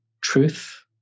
truth